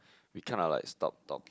we kind of like stop top